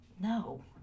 No